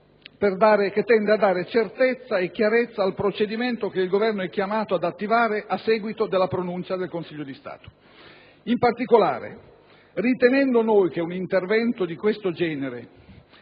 che tende a dare certezza e chiarezza al procedimento che il Governo è chiamato ad attivare a seguito della pronuncia del Consiglio di Stato. Ritenendo noi in particolare che un intervento del genere